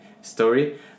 story